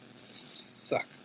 suck